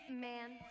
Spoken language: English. man